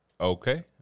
Okay